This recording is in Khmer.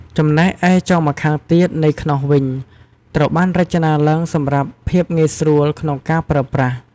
ចំណែកឯចុងម្ខាងទៀតនៃខ្នោសវិញ ត្រូវបានរចនាឡើងសម្រាប់ភាពងាយស្រួលក្នុងការប្រើប្រាស់។